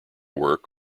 work